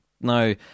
Now